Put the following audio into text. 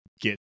get